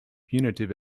punitive